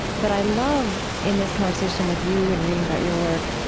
but i love in this conversation with you and reading about your work,